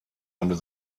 under